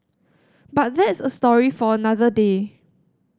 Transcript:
but that's a story for another day